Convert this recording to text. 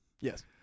yes